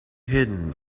hidden